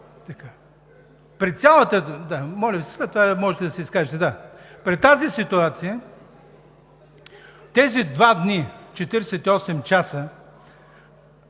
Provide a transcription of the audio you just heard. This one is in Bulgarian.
При тази ситуация тези два дни – 48 часа,